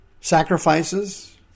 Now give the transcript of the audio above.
sacrifices